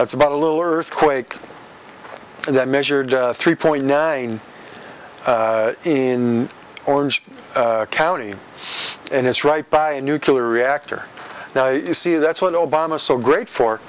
that's about a little earthquake that measured three point nine in orange county and it's right by a nuclear reactor now you see that's what obama's so great for